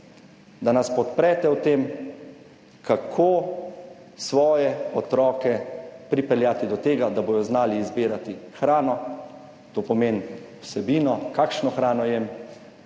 da nas podprete v tem, kako svoje otroke pripeljati do tega, da bodo znali izbirati hrano. To pomeni vsebino, kakšno hrano jem,